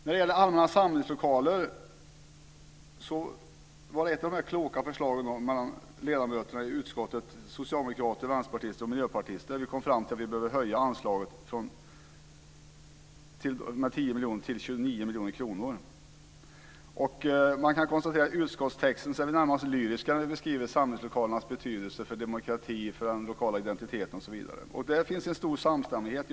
Ett av de kloka förslagen bland utskottets socialdemokratiska, vänsterpartistiska och miljöpartistiska ledamöter är att höja anslaget för allmänna samlingslokaler med 10 miljoner kronor till 29 miljoner kronor. I utskottstexten är vi närmast lyriska när vi beskriver samlingslokalernas betydelse för demokratin och den lokala identiteten osv. Där finns det stor samstämmighet.